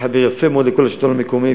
התחבר יפה מאוד לכל השלטון המקומי,